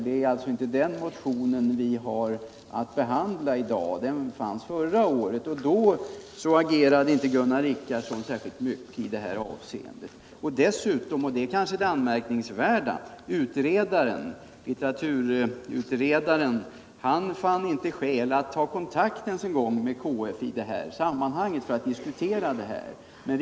Vi har inte att behandla den motionen i dag, utan den fanns förra året, och då agerade inte Gunnar Richardson särskilt mycket i det här avseendet. Dessutom — och det är kanske det anmärkningsvärda - fann litteraturutredaren inte skäl att ens ta kontakt med KF för att diskutera frågan.